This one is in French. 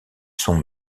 sont